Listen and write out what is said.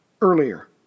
earlier